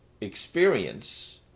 experience